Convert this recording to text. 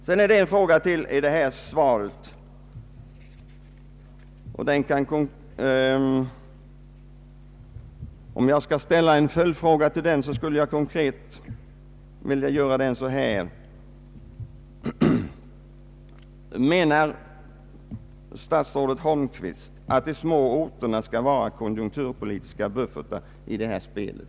Vidare vill jag ställa följande fråga med anledning av det svar som avgetts, och den lyder på följande sätt: Menar herr statsrådet Holmqvist att de små orterna skall vara konjunkturpolitiska buffertar i detta spel?